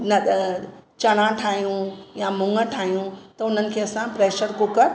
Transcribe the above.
न त चणा ठाहियूं या मुङ ठाहियूं त उन्हनि खे असां प्रेशर कुकर